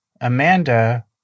Amanda